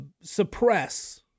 suppress